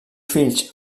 fills